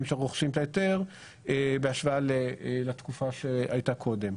שרוכשים את ההיתר בהשוואה לתקופה שהייתה קודם.